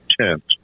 tent